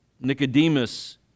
Nicodemus